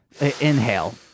inhale